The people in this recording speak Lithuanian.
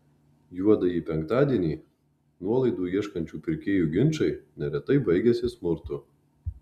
juodąjį penktadienį nuolaidų ieškančių pirkėjų ginčai neretai baigiasi smurtu